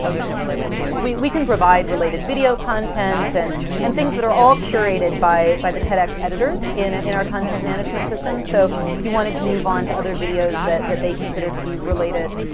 ah there's no related videos. we we can provide related video content and and things that are all curated by by the tedx editors in ah in our content management system. so if you wanted to move on to other videos that that they consider to be related,